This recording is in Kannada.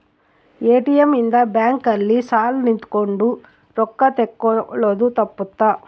ಎ.ಟಿ.ಎಮ್ ಇಂದ ಬ್ಯಾಂಕ್ ಅಲ್ಲಿ ಸಾಲ್ ನಿಂತ್ಕೊಂಡ್ ರೊಕ್ಕ ತೆಕ್ಕೊಳೊದು ತಪ್ಪುತ್ತ